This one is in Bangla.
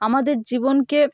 আমাদের জীবনকে